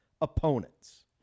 opponents